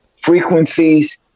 frequencies